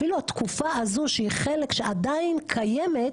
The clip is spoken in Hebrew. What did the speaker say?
אפילו התקופה הזו שהיא חלק שעדיין קיימת,